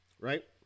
Right